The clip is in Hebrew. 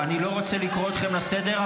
אני לא רוצה לקרוא אתכם לסדר,